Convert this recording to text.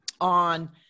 on